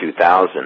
2000